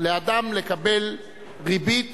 לאדם לקבל ריבית